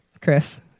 Chris